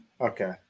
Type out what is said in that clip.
Okay